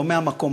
לא מהמקום,